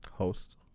host